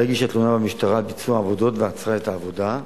העירייה הגישה תלונה במשטרה על ביצוע העבודות ועצרה את העבודה.